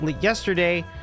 yesterday